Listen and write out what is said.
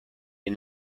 and